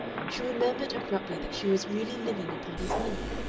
she remembered abruptly that she was really living upon his money.